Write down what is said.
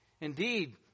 Indeed